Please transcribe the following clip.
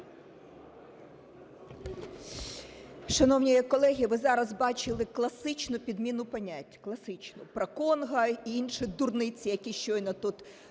Шановні колеги, ви зараз бачили класичну підміну понять, класичну, по Конго і інші дурниці, які щойно тут лобісти